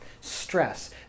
stress